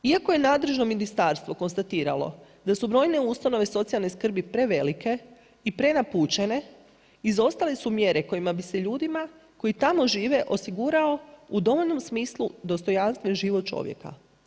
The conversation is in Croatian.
Iako je nadležno ministarstvo konstatiralo da su brojne ustanove socijalne skrbi prevelike i prenapučene, izostale su mjere kojima bi se ljudima, koji tamo žive osiguralo u dovoljnom smislu dostojanstven život čovjeka.